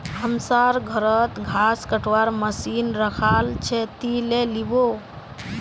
हमसर घरत घास कटवार मशीन रखाल छ, ती ले लिबो